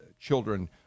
children